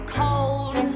cold